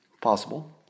Possible